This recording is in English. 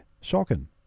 Shocking